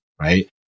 Right